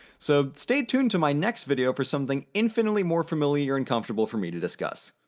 so stay tuned to my next video for something infinitely more familiar and comfortable for me to discuss.